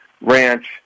Ranch